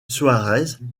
suárez